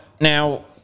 Now